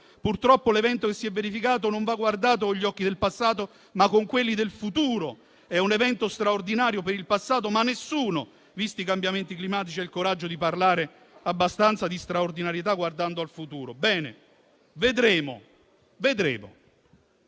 Purtroppo l'evento che si è verificato non va guardato con gli occhi del passato, ma con quelli del futuro. È un evento straordinario per il passato ma nessuno, visti i cambiamenti climatici, ha il coraggio di parlare abbastanza di straordinarietà guardando al futuro. Bene vedremo